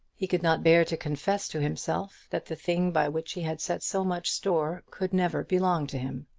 he could not bear to confess to himself that the thing by which he had set so much store could never belong to him.